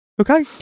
Okay